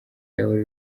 yahora